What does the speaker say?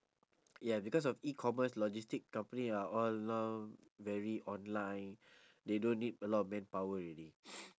ya because of e-commerce logistic company ah all all very online they don't need a lot of manpower already